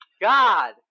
God